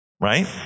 right